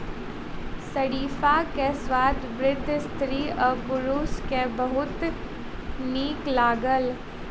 शरीफा के स्वाद वृद्ध स्त्री आ पुरुष के बहुत नीक लागल